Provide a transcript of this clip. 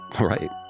Right